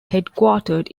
headquartered